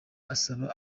asaba